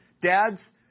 Dad's